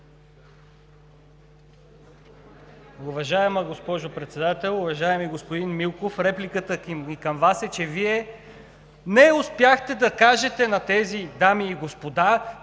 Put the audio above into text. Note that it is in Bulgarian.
Уважаема госпожо Председател! Уважаеми господин Милков, репликата ми към Вас е, че не успяхте да кажете на дамите и господата,